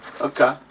Okay